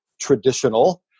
traditional